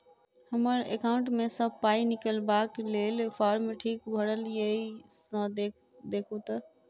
हम्मर एकाउंट मे सऽ पाई निकालबाक लेल फार्म ठीक भरल येई सँ देखू तऽ?